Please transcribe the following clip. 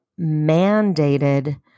mandated